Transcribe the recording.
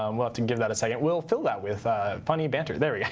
um we'll have to give that a second. we'll fill that with funny banter. there yeah